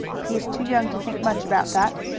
he is too young to think much about that.